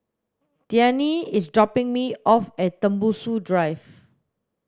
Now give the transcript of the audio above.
Deane is dropping me off at Tembusu Drive